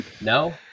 No